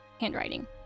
handwriting